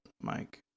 Mike